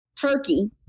turkey